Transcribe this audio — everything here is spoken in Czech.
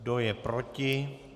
Kdo je proti?